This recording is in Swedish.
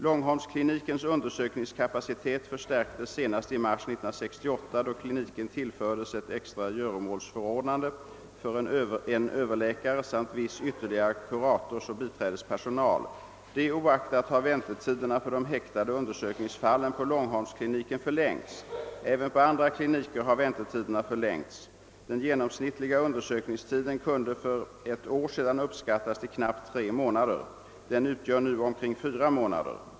Långholmsklinikens undersökningskapacitet förstärktes senast i mars 1968, då kliniken tillfördes ett extra göromålsförordnande för en överläkare samt Det oaktat har väntetiderna för de häktade undersökningsfallen på Långholmskliniken förlängts. även på andra kliniker har väntetiderna förlängts. Den genomsnittliga undersökningstiden kunde för ett år sedan uppskattas till knappt tre månader. Den utgör nu omkring fyra månader.